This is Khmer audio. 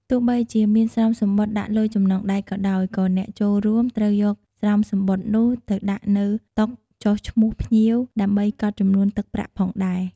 ទោះបីជាមានស្រោមសំបុត្រដាក់លុយចំណងដៃក៏ដោយ ក៏អ្នកចូលរួមត្រូវយកស្រោមសំបុត្រនោះទៅដាក់នៅតុចុះឈ្មោះភ្ញៀវ ដើម្បីកត់ចំនួនទឹកប្រាក់ផងដែរ។